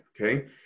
okay